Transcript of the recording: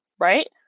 Right